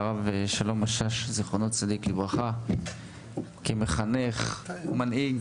ומורשתו של הרב שלום משאש זצ"ל כמחנך ומנהיג